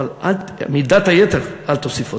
אבל מידת היתר, אל תוסיף אותה.